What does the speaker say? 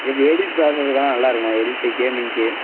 எப்படி edit plan இருக்குன்னால் நல்லா இருக்குமா எடிட்டு கேமிங்க்கு